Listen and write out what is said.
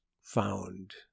found